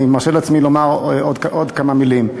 אני מרשה לעצמי לומר עוד כמה מילים.